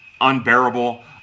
unbearable